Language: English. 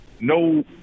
no